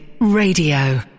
Radio